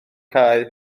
cae